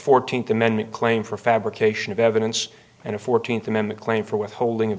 fourteenth amendment claim for fabrication of evidence and a fourteenth amendment claim for withholding